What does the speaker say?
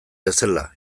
bezala